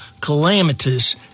calamitous